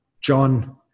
John